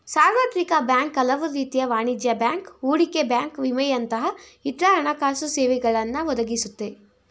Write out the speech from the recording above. ಸಾರ್ವತ್ರಿಕ ಬ್ಯಾಂಕ್ ಹಲವುರೀತಿಯ ವಾಣಿಜ್ಯ ಬ್ಯಾಂಕ್, ಹೂಡಿಕೆ ಬ್ಯಾಂಕ್ ವಿಮೆಯಂತಹ ಇತ್ರ ಹಣಕಾಸುಸೇವೆಗಳನ್ನ ಒದಗಿಸುತ್ತೆ